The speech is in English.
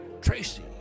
Tracy